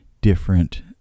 different